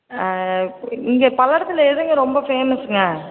அ இங்கே பல்லடத்தில் எதுங்க ரொம்ப ஃபேமஸ்ங்க